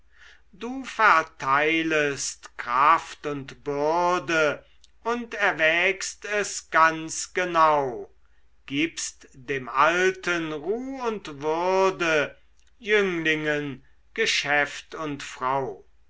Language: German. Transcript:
du verteilest kraft und bürde und erwägst es ganz genau gibst dem alten ruh und würde jünglingen geschäft und frau